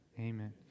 Amen